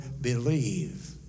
believe